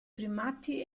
primati